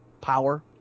power